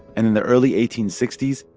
and in the early eighteen sixty s,